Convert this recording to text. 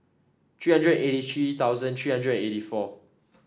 three hundred eighty three thousand three hundred eighty four